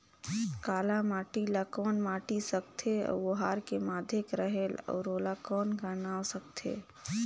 काला माटी ला कौन माटी सकथे अउ ओहार के माधेक रेहेल अउ ओला कौन का नाव सकथे?